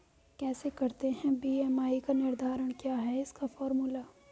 कैसे करते हैं बी.एम.आई का निर्धारण क्या है इसका फॉर्मूला?